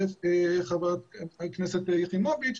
חברת הכנסת חיימוביץ,